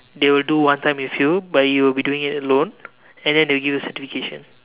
they will do one time with you but you will be doing it alone and then they will give you a certification